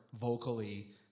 vocally